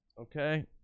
Okay